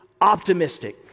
optimistic